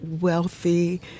wealthy